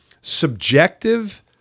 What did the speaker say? subjective